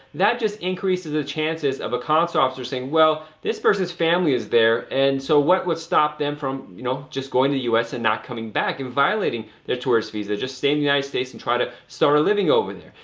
that just increases the chances of a consular officer saying, well, this person's family is there and so what would stop them from, you know, just going to the u s. and not coming back and violating their tourist visa, just stay in the united states and try to start a living over there.